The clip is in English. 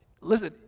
Listen